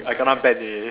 I kena ban already